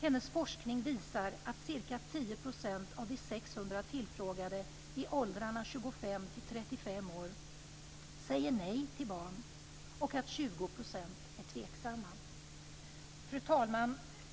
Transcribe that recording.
Hennes forskning visar att ca 10 % av de 600 tillfrågade i åldrarna 25-35 år säger nej till barn och att 20 % är tveksamma. Fru talman!